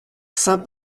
saint